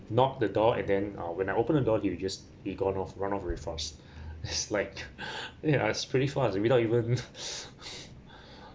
knocked the door and then uh when I opened the door he just he gone off run off very fast it's like yeah his pretty fast without even